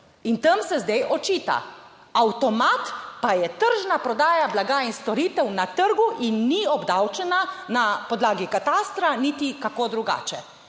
in tem se zdaj očita, avtomat pa je tržna prodaja blaga in storitev na trgu in ni obdavčena na podlagi katastra niti kako drugače.